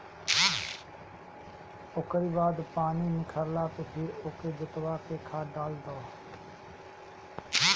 ओकरी बाद पानी निखरला पे फिर ओके जोतवा के खाद डाल दअ